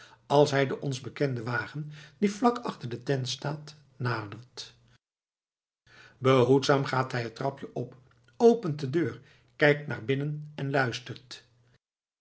als hij den ons bekenden wagen die vlak achter de tent staat nadert behoedzaam gaat hij het trapje op opent de deur kijkt naar binnen en luistert